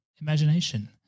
imagination